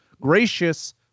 gracious